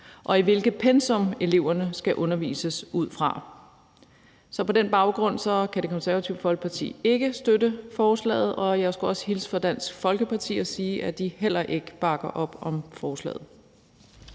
og hvilket pensum eleverne skal undervises ud fra. På den baggrund kan Det Konservative Folkeparti ikke støtte forslaget, og jeg skulle også hilse fra Dansk Folkeparti og sige, at de heller ikke bakker op om forslaget.